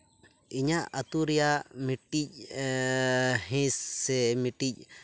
ᱤᱧᱟᱹᱜ ᱟᱛᱳ ᱨᱮᱭᱟᱜ ᱢᱤᱫᱴᱤᱡ ᱦᱤᱸᱥ ᱥᱮ ᱢᱤᱫᱴᱤᱡ